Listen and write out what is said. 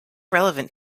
relevant